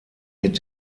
mit